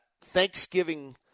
Thanksgiving